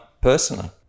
personally